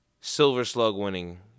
silver-slug-winning